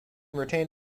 retain